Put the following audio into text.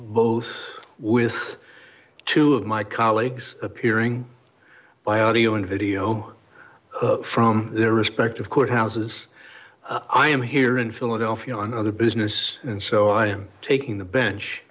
both with two of my colleagues appearing by audio and video from their respective courthouses i am here in philadelphia on other business and so i am taking the bench